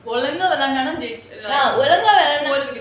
ஒழுங்கா வெளையாடுனா ஜெயிச்சிடலாம்:olunga velaiyaadunaa jeichidalaam